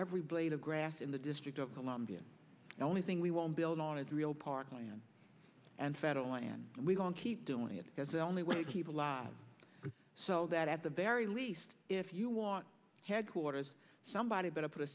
every blade of grass in the district of columbia the only thing we won't build on is real parkland and federal and we don't keep doing it because the only way people live so that at the very least if you want headquarters somebody better put a